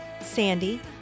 Sandy